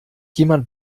jemand